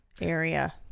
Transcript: area